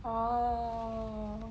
oh